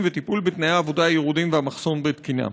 ולטיפול בתנאי העבודה הירודים והמחסור בתקינה.